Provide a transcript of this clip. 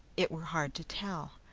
it were hard to tell.